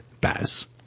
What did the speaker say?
baz